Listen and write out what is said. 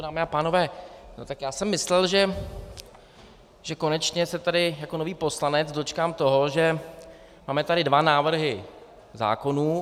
Dámy a pánové, já jsem myslel, že konečně se tady jako nový poslanec dočkám toho, že tady máme dva návrhy zákonů.